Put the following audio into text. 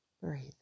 breathe